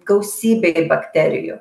gausybei bakterijų